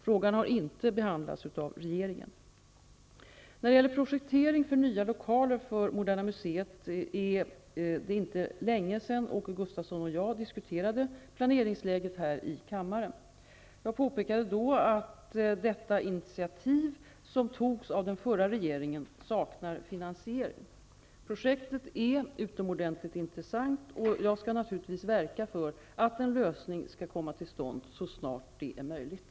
Frågan har inte behandlats av regeringen. När det gäller projektering för nya lokaler för Moderna museet är det inte länge sedan Åke Gustavsson och jag diskuterade planeringsläget här i kammaren. Jag påpekade då att detta initiativ, som togs av den förra regeringen, saknar finansiering. Projektet är utomordentligt intressant, och jag skall naturligtvis verka för att en lösning skall komma till stånd så snart det är möjligt.